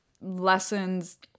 lessons